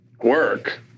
work